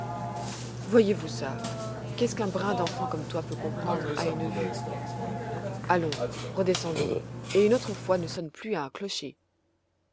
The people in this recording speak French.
voyez-vous ça qu'est-ce qu'un brin d'enfant comme toi peut comprendre à une vue allons redescendons et une autre fois ne sonne plus à un clocher